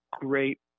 great